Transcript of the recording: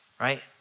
right